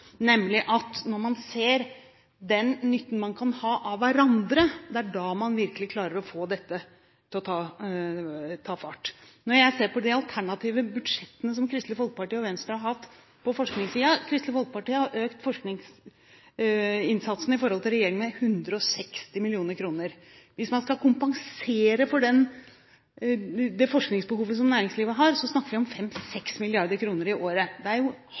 nemlig at det er når man ser nytten man kan ha av hverandre, at man virkelig kan få dette til å ta fart. Når jeg ser på de alternative budsjettene som Kristelig Folkeparti og Venstre har hatt på forskningssiden, har Kristelig Folkeparti økt forskningsinnsatsen med 160 mill. kr i forhold til regjeringen. Hvis man skal kompensere for det forskningsbehovet som næringslivet har, snakker vi om 5–6 mrd. kr i året. Det